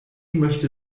möchte